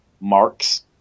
Mark's